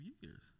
years